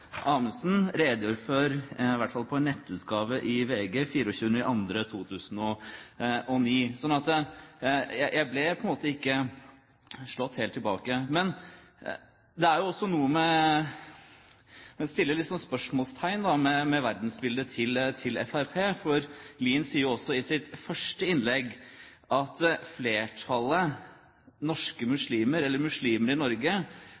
Amundsen redegjorde for, i hvert fall på en nettutgave av VG, 24. februar 2009. Så jeg ble på en måte ikke satt helt ut, men en kan stille spørsmål ved verdensbildet til Fremskrittspartiet. Lien sier også i sitt første innlegg at flertallet av muslimer i Norge